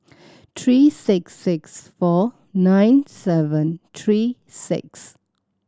three six six four nine seven three six